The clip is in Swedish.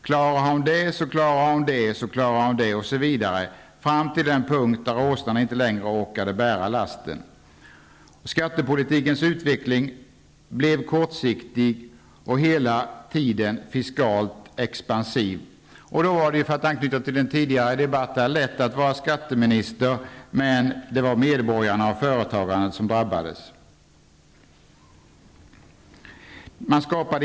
Klarar hon det, så klarar hon det, så klarar hon det osv., fram till den punkt där åsnan inte längre orkade bära lasten. Skattepolitikens utveckling blev kortsiktig och hela tiden fiskalt expansiv. Då var det, för att anknyta till den tidigare debatten, lätt att vara skatteminister. Men det var medborgarna och företagarna som drabbades.